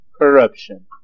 corruption